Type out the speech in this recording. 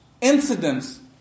incidents